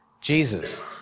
Jesus